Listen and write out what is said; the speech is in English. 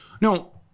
No